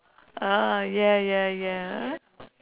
uh ya ya ya